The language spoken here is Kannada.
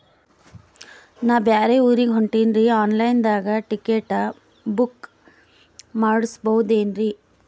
ನಾ ಬ್ಯಾರೆ ಊರಿಗೆ ಹೊಂಟಿನ್ರಿ ಆನ್ ಲೈನ್ ದಾಗ ಟಿಕೆಟ ಬುಕ್ಕ ಮಾಡಸ್ಬೋದೇನ್ರಿ?